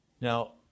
Now